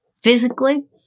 physically